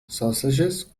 sausages